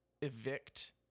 evict